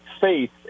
faith